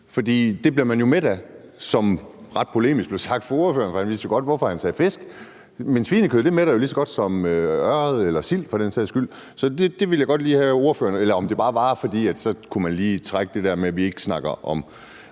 det bliver man jo mæt af, som det ret polemisk blev sagt fra ordførerens side? Han vidste jo godt, hvorfor han sagde fisk. Men svinekød mætter jo lige så godt som ørred eller sild, for den sags skyld. Det vil jeg godt lige have ordførerens kommentarer til. Eller var det bare, fordi man så lige kunne trække det der kort med, at vi ikke snakker om